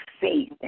faith